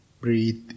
Breathe